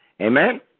Amen